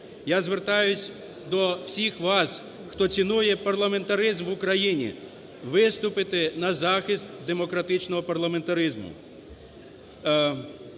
Я звертаюся до всіх вас, хто цінує парламентаризм в Україні, виступити на захист демократичного парламентаризму.